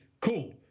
Cool